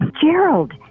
Gerald